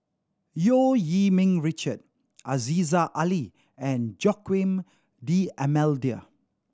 Eu Yee Ming Richard Aziza Ali and Joaquim D'Almeida